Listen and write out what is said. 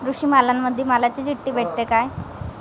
कृषीबाजारामंदी मालाची चिट्ठी भेटते काय?